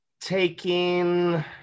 taking